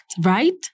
right